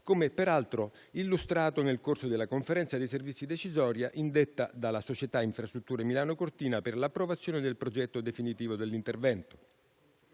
come peraltro illustrato nel corso della conferenza dei servizi decisoria, indetta dalla società Infrastrutture Milano Cortina per l'approvazione del progetto definitivo dell'intervento.